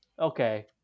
okay